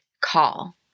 call